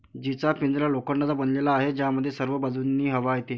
जीचा पिंजरा लोखंडाचा बनलेला आहे, ज्यामध्ये सर्व बाजूंनी हवा येते